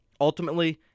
ultimately